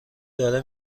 داره